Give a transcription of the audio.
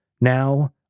Now